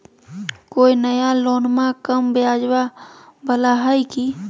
कोइ नया लोनमा कम ब्याजवा वाला हय की?